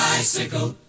Bicycle